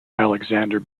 alexander